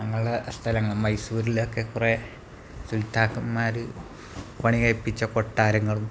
അങ്ങനെയുള്ള സ്ഥലങ്ങൾ മൈസൂരിലൊക്കെ കുറേ സുൽത്താക്കൻമ്മാര് പണി കഴിപ്പിച്ച കൊട്ടാരങ്ങളും